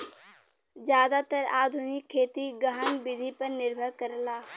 जादातर आधुनिक खेती गहन विधि पर निर्भर करला